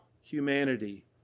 humanity